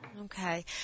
Okay